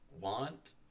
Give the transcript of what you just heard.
want